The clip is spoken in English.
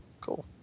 cool